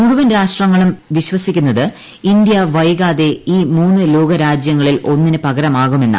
മുഴുവൻ രാഷ്ട്രങ്ങളും വിശ്വസിക്കുന്നത് ഇന്ത്യ വൈകാതെ ഈ മൂന്നു ലോക രാജ്യങ്ങളിൽ ഒന്നിന് പകരമാവുമെന്നാണ്